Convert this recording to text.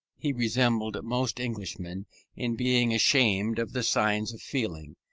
he resembled most englishmen in being ashamed of the signs of feeling,